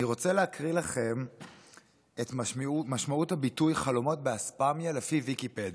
אני רוצה להקריא לכם את משמעות הביטוי "חלומות באספמיה" לפי ויקיפדיה.